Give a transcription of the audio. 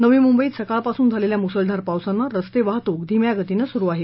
नवी मुंबईतसकाळपासून झालेल्या मुसळधार पावसानं रस्ते वाहतूक धीम्या गतीनं सुरु आहे